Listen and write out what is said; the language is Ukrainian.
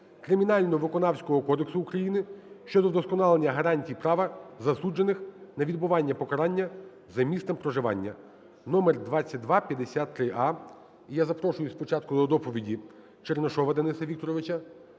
Кримінально-виконавчого кодексу України щодо вдосконалення гарантій права засуджених на відбування покарання за місцем проживання (№2253а). І я запрошую спочатку до доповіді Чернишова Дениса Вікторовича,